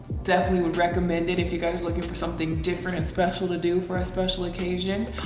definitely would recommend it. if you guys are looking for something different and special to do for a special occasion.